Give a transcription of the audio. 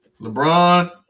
LeBron